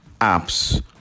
apps